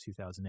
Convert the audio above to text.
2008